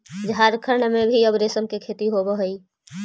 झारखण्ड में भी अब रेशम के खेती होवऽ हइ